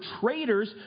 traitors